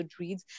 goodreads